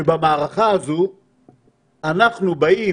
שבמערכה הזו אנחנו באים